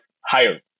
higher